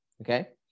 okay